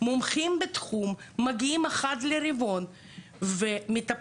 יש מומחים בתחום שמגיעים אחת לרבעון ומטפלים